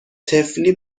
طفلی